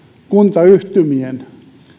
kuntayhtymien